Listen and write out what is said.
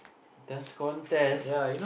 Dance Contest